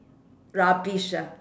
rubbish ah